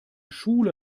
schule